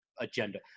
agenda